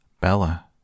Bella